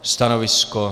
Stanovisko?